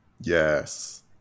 Yes